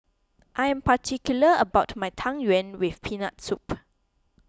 I am particular about my Tang Yuen with Peanut Soup